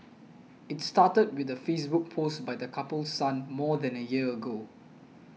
it started with the Facebook post by the couple's son more than a year ago